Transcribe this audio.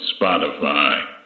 Spotify